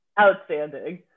outstanding